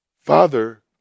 Father